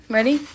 Ready